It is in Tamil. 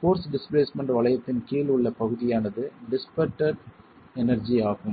போர்ஸ் டிஸ்பிளேஸ்மென்ட் வளையத்தின் கீழ் உள்ள பகுதியானது டிஷ்பெட்டெட் எனர்ஜி ஆகும்